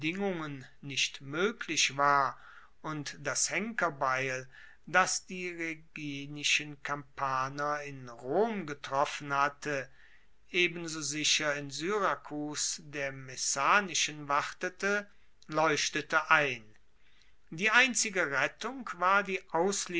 nicht moeglich war und das henkerbeil das die rheginischen kampaner in rom getroffen hatte ebenso sicher in syrakus der messanischen wartete leuchtete ein die einzige rettung war die